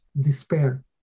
despair